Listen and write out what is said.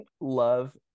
love